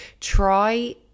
try